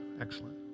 excellent